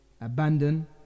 abandon